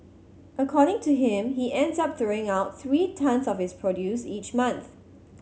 according to him he ends up throwing out three tonnes of his produce each month